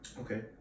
Okay